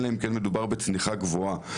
אלא אם כן מדובר בצניחה גבוהה.